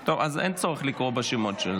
טוב, אז אין צורך לקרוא בשמות.